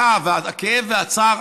הכאב והצער,